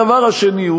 הדבר השני הוא